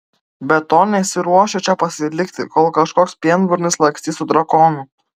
be to nesiruošiu čia pasilikti kol kažkoks pienburnis lakstys su drakonu